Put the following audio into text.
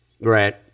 Right